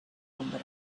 ombra